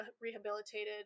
rehabilitated